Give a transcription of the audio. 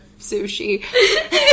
sushi